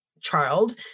child